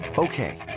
Okay